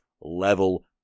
level